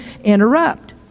interrupt